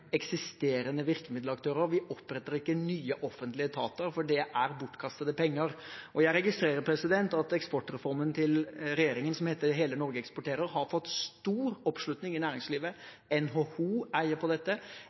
eksisterende virkemiddelaktører. Vi oppretter ikke nye offentlige etater, for det er bortkastede penger. Jeg registrerer at eksportreformen til regjeringen, som heter «Hele Norge eksporterer», har fått stor oppslutning i næringslivet. NHO heier på dette.